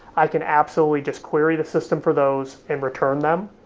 i can absolutely just query the system for those and return them.